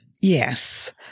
Yes